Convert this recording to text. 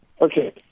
Okay